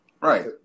Right